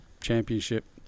Championship